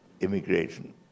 immigration